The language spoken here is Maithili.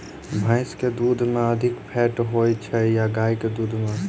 भैंस केँ दुध मे अधिक फैट होइ छैय या गाय केँ दुध में?